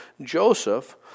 Joseph